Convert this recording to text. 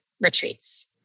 retreats